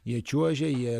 jie čiuožia jie